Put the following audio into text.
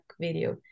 video